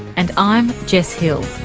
and i'm jess hill